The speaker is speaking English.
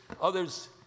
others